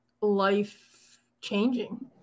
life-changing